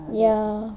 ya